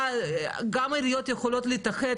גם עיריות יכולות להתאחד,